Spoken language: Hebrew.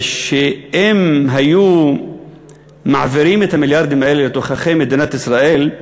אם היו מעבירים את המיליארדים האלה לתוככי מדינת ישראל,